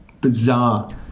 bizarre